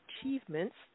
achievements